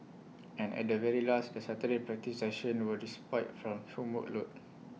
and at the very least the Saturday practice sessions were just spite from homework load